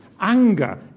anger